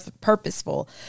purposeful